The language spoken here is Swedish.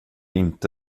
inte